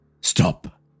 Stop